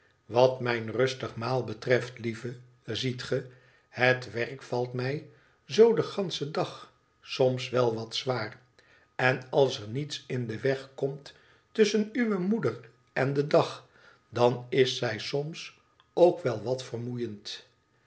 wat mijn rustig maal betreft lieve ziet ge het werk valt mij zoo den ganschen dag soms wel wat zwaar en als er niets in den weg komt tusschen uwe moeder en den dag dan is zij soms ook wel wat vermoeiend